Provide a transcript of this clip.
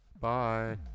Bye